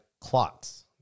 clots